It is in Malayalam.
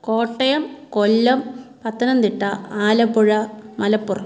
കോട്ടയം കൊല്ലം പത്തനംതിട്ട ആലപ്പുഴ മലപ്പുറം